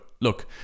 look